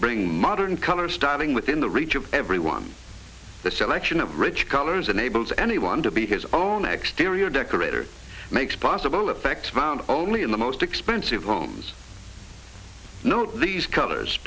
bring modern color styling within the reach of everyone the selection of rich colors unable to anyone to be his own exterior decorator makes possible effect found only in the most expensive homes know these colors